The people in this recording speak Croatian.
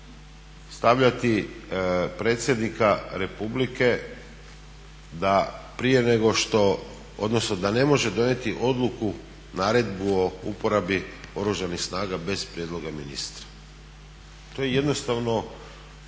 stavljati predsjednika Republike da prije nego što, odnosno da ne može donijeti odluku, naredbu o uporabi Oružanih snaga bez prijedloga ministra. To je jednostavno